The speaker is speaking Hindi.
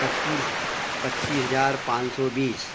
पच्चीस पच्चीस हज़ार पाँच सौ बीस